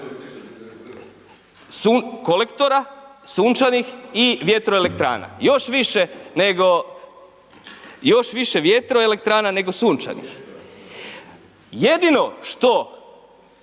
kolektora sunčanih i vjetroelektrana. Još više nego, još više vjetroelektrana nego sunčanih. Jedino što